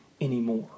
anymore